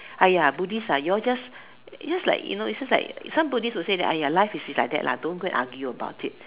!aiya! Buddhist ah you all just just you know is just like some Buddhist will say like !aiya! life is like that lah don't go and argue about it